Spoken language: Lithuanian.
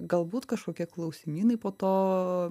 galbūt kažkokie klausimynai po to